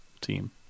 team